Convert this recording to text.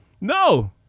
No